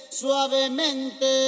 suavemente